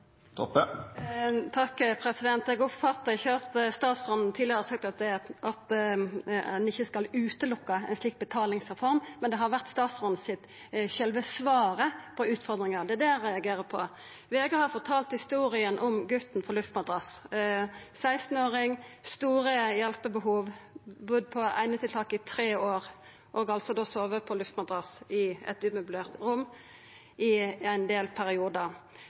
at statsråden tidlegare har sagt at ein ikkje skal utelukka ein slik betalingsreform. Men det har vore sjølve svaret til statsråden på utfordringane, det er det eg reagerer på. VG har fortalt historia om guten på luftmadrass – 16-åring, store hjelpebehov, budd i einetiltak i tre år og sove på luftmadrass i eit umøblert rom i ein del